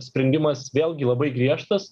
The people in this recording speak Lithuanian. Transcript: sprendimas vėlgi labai griežtas